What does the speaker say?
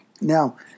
Now